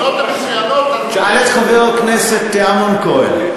לא, זה, שאל את חבר הכנסת אמנון כהן.